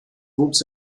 wuchs